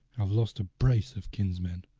have lost a brace of kinsmen